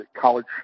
college